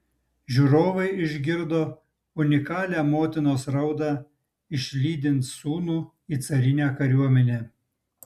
žiūrovai išgirdo unikalią motinos raudą išlydint sūnų į carinę kariuomenę